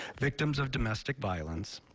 victims of domestic violence